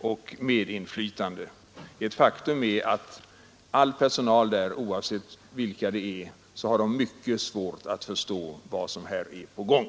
och medinflytande för dem. Ett faktum är att all personal vid Kalmar verkstad, oavsett vilka de är, har mycket svårt att förstå vad som här är på gång.